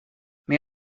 may